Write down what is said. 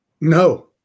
No